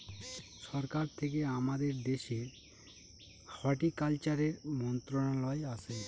সরকার থেকে আমাদের দেশের হর্টিকালচারের মন্ত্রণালয় আছে